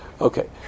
Okay